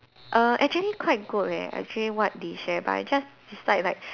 err actually quite good leh actually what they share but I just dislike like